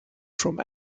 from